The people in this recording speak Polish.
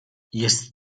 jest